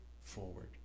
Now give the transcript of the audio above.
forward